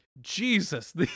Jesus